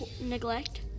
Neglect